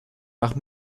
nach